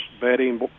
betting